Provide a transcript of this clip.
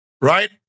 right